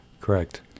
correct